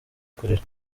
kurira